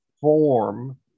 Form